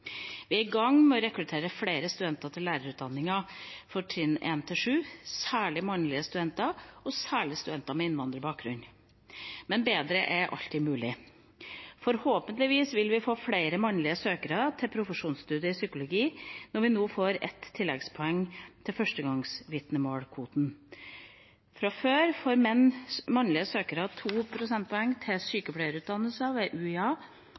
Vi er i gang med å rekruttere flere studenter til lærerutdanningen for trinn 1–7, særlig mannlige studenter og studenter med innvandrerbakgrunn. Men bedre er alltid mulig. Forhåpentligvis vil vi få flere mannlige søkere til profesjonsstudiet i psykologi når vi nå får ett tilleggspoeng til førstegangsvitnemålskvoten. Fra før får mannlige søkere to tilleggspoeng til sykepleieutdanningene ved UiA